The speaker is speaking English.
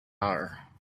hour